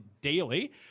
Daily